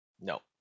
No